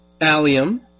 allium